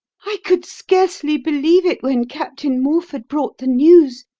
i could scarcely believe it when captain morford brought the news.